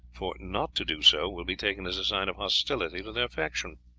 for not to do so will be taken as a sign of hostility to their faction.